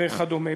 וכדומה.